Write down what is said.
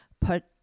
put